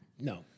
No